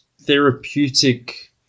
therapeutic